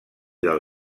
del